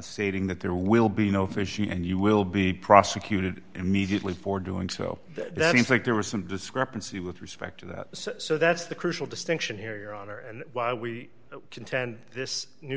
stating that there will be no fish and you will be prosecuted immediately for doing so that you think there was some discrepancy with respect to that so that's the crucial distinction here your honor and why we contend this new